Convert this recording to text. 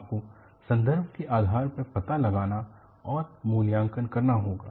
आपको संदर्भ के आधार पर पता लगाना और मूल्यांकन करना होगा